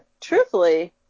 truthfully